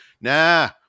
nah